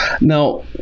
Now